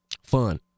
fun